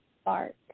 spark